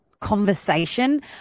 conversation